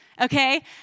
Okay